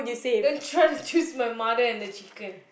then try to choose my mother and the chicken